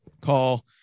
call